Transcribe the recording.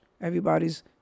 Everybody's